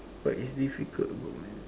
what is difficult about ma